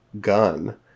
gun